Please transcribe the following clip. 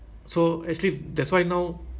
data entry lah you know those